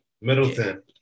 Middleton